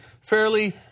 fairly